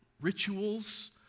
rituals